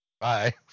Bye